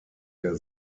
der